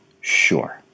Sure